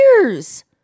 years